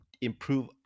improve